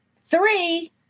Three